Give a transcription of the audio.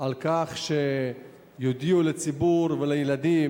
כלשהן על כך שיודיעו לציבור ולילדים